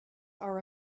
are